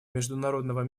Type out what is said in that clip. международного